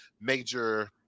major